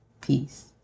Peace